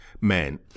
man